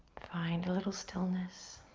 find a little stillness.